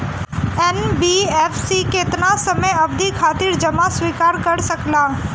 NBFC केतना समयावधि खातिर जमा स्वीकार कर सकला?